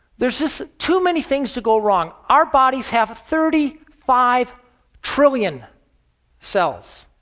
there is just too many things to go wrong. our bodies have thirty five trillion cells,